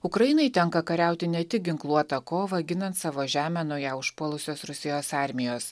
ukrainai tenka kariauti ne tik ginkluotą kovą ginant savo žemę nuo ją užpuolusios rusijos armijos